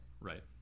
Right